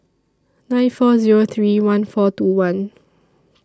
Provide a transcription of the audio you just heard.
nine four Zero three one four two one